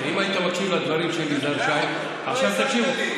אם היית מקשיב לדברים של יזהר שי, לא הקשבת לי.